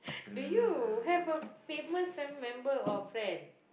do you have a famous family member or friend